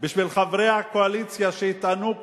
בשביל חברי הקואליציה שיטענו כאן.